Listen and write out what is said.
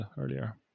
earlier